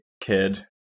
kid